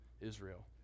Israel